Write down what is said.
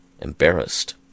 embarrassed